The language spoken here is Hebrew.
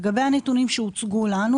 לגבי הנתונים שהוצגו לנו,